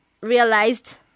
realized